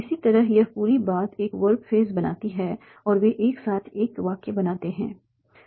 इसी तरह यह पूरी बात एक वर्ब फ्रेज बनाती है और वे एक साथ एक वाक्य बनाते हैं